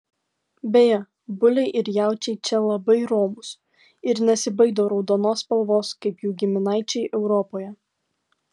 beje buliai ir jaučiai čia labai romūs ir nesibaido raudonos spalvos kaip jų giminaičiai europoje